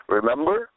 Remember